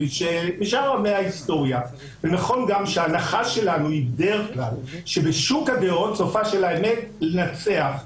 נכון גם שההנחה שלנו היא בדרך כלל שבשוק הדעות סופה של האמת לנצח.